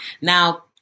Now